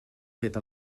fet